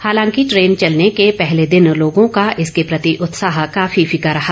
हालांकि ट्रेन चलने के पहले दिन लोगों का इसके प्रति उत्साह काफी फीका रहा